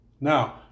Now